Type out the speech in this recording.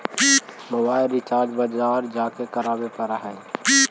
मोबाइलवा रिचार्ज बजार जा के करावे पर है?